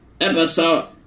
episode